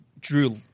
Drew